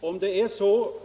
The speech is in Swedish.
Fru talman!